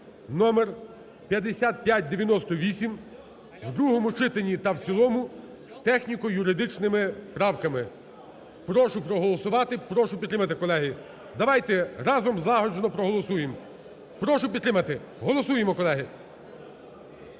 (номер 5598) у другому читанні та в цілому з техніко-юридичними правками. Прошу проголосувати, прошу підтримати, колеги. Давайте разом злагоджено проголосуємо. Прошу підтримати. Голосуємо, колеги.